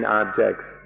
objects